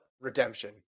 Redemption